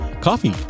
coffee